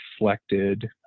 reflected